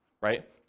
right